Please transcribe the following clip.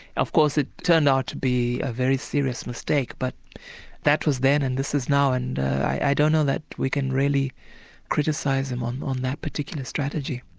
of course it turned out to be a very serious mistake but that was then and this is now, and i don't know that we can really criticise him on on that particular strategy.